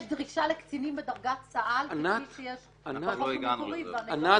דרישה לקצינים בדרגת סא"ל כפי שיש בחוק המקורי ולא ראיתי